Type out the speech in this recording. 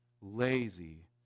lazy